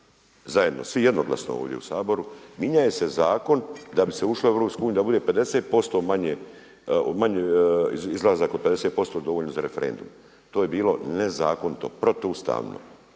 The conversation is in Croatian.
zajedno, svi jednoglasno ovdje u Saboru, mijenja se zakon da bi se ušlo u EU, da bude 50% manje, izlazak od 50% dovoljno za referendum. To je bilo nezakonito, protu ustavno.